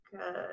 Good